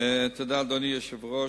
אדוני היושב-ראש,